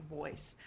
voice